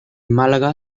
málaga